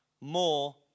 more